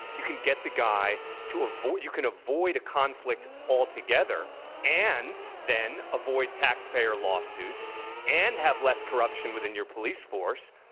you can get the guy to a you can avoid a conflict altogether and then avoid taxpayer lawsuits and have less corruption within your police force.